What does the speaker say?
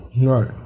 right